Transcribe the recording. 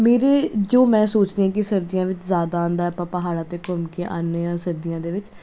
ਮੇਰੇ ਜੋ ਮੈਂ ਸੋਚਦੀ ਕਿ ਸਰਦੀਆਂ ਵਿੱਚ ਜ਼ਿਆਦਾ ਆਉਂਦਾ ਆਪਾਂ ਪਹਾੜਾਂ 'ਤੇ ਘੁੰਮ ਕੇ ਆਉਂਦੇ ਹਾਂ ਸਰਦੀਆਂ ਦੇ ਵਿੱਚ